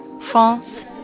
France